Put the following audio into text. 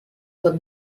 tot